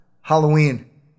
Halloween